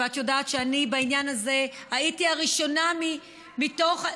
ואת יודעת שבעניין הזה הייתי הראשונה מתוך,